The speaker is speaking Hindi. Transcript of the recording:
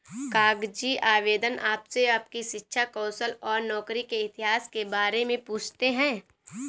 कागजी आवेदन आपसे आपकी शिक्षा, कौशल और नौकरी के इतिहास के बारे में पूछते है